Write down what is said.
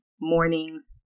mornings